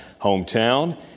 hometown